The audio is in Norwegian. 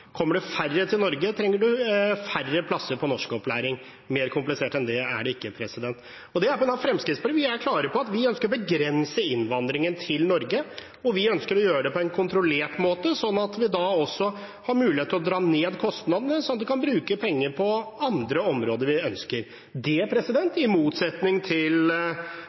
Kommer det færre til Norge, trenger man færre plasser til norskopplæring. Mer komplisert enn det er det ikke. Vi i Fremskrittspartiet er klare på at vi ønsker å begrense innvandringen til Norge. Vi ønsker å gjøre det på en kontrollert måte. Da har vi mulighet til å senke kostnadene, slik at vi kan bruke penger på andre områder vi ønsker å bruke penger på – i motsetning til